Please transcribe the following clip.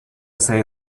say